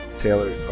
taylor